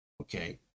okay